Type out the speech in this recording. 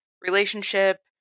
relationship